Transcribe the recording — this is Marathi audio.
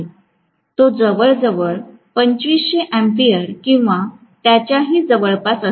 तो जवळजवळ 2500 अँपिअर किंवा त्याच्याही जवळपास असेल